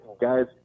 guys